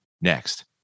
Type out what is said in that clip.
next